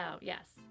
yes